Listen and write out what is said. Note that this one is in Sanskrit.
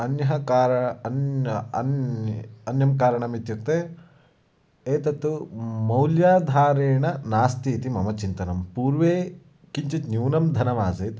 अन्यः कारणम् अन्यत् अन्यत् अन्यत् कारणम् इत्युक्ते एतत्तु मौल्याधारेण नास्ति इति मम चिन्तनं पूर्वं किञ्चित् न्यूनं धनमासीत्